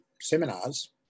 seminars